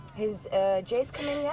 has jace come in yet?